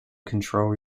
control